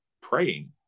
praying